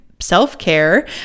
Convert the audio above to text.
self-care